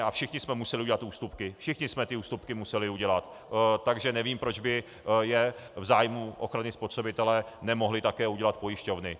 A všichni jsme museli udělat ústupky, všichni jsme ty ústupky museli udělat, takže nevím, proč by je v zájmu ochrany spotřebitele nemohly také udělat pojišťovny.